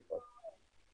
ילקה בתחלואה.